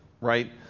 right